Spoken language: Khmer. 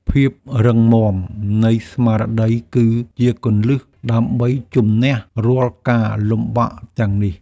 ភាពរឹងមាំនៃស្មារតីគឺជាគន្លឹះដើម្បីជម្នះរាល់ការលំបាកទាំងនេះ។